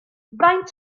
faint